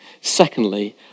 Secondly